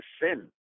sin